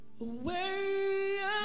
away